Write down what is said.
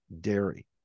dairy